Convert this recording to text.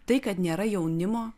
tai kad nėra jaunimo